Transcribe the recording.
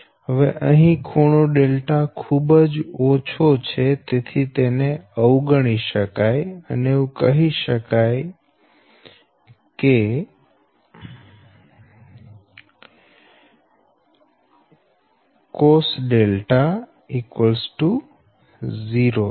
હવે અહી ખૂણો δ ખૂબ જ ઓછો છે તેથી તેને અવગણી શકાય અને કહી શકાય કે δ ≅ 0 છે